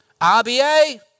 RBA